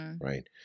right